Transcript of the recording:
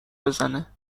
بزنه